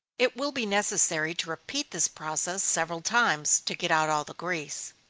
it will be necessary to repeat this process several times, to get out all the grease.